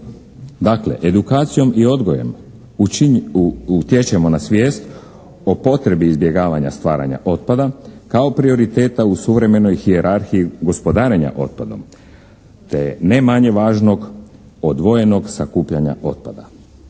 Dakle, edukacijom i odgojem utječemo na svijest o potrebi izbjegavanja stvaranja otpada kao prioriteta u suvremenoj hijerarhiji gospodarenja otpadom te ne manje važnog odvojenog sakupljanja otpada.